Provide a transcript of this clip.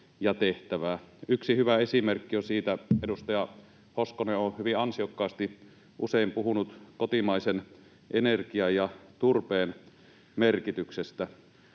Yksi hyvä esimerkki on siitä: edustaja Hoskonen on hyvin ansiokkaasti usein puhunut kotimaisen energian ja turpeen merkityksestä.